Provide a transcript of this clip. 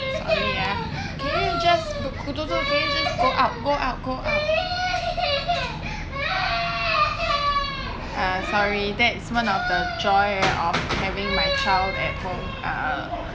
sorry ah can you just can you just go out go out go out uh sorry that's one of the joy having my child at home uh